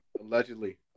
Allegedly